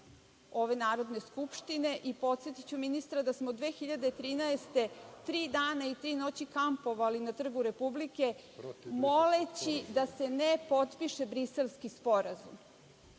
ove Narodne skupštine i podsetiću ministra da smo 2013. godine tri dana i tri noći kampovali na Trgu republike, moleći da se ne potpiše Briselski sporazum. To